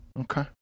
Okay